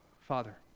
Father